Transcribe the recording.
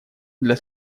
для